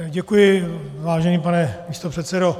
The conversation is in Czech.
Děkuji, vážený pane místopředsedo.